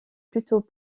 plutôt